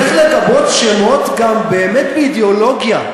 צריך לגבות שמות גם באמת באידיאולוגיה.